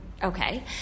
Okay